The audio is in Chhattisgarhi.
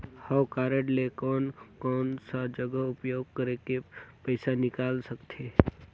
हव कारड ले कोन कोन सा जगह उपयोग करेके पइसा निकाल सकथे?